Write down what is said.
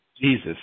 Jesus